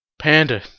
Panda